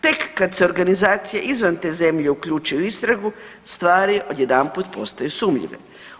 Tek kad se organizacije izvan te zemlje uključuju u istragu stvari odjedanput postaju sumnjive.